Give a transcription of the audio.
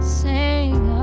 sing